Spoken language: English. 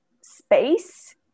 space